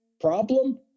problem